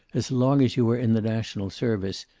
as long as you are in the national service,